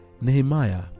Nehemiah